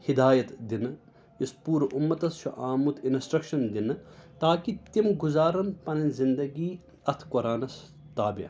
ہِدایَت دِنہٕ یُس پوٗرٕ اُمَتَس چھُ آمُت اِنَسٹرٛکشَن دِنہٕ تاکہِ تِم گُزارَن پَنٕنۍ زِندَگی اَتھ قۅرانَس تابع